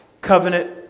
covenant